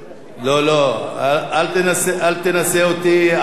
לא, לא, אל תנסה אותי.